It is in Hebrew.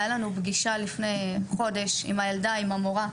הייתה לנו פגישה לפני חודש יחד עם הילדה והמורה שלה.